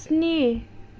स्नि